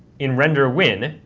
in render win,